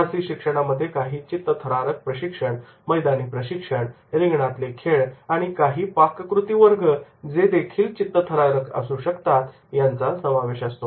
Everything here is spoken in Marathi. साहसी शिक्षणामध्ये काही चित्तथरारक प्रशिक्षण मैदानी प्रशिक्षण रिंगणातले खेळ किंवा अगदी पाककृती वर्ग जे चित्तथरारक असू शकतात यांचा समावेश असतो